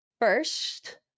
First